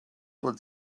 would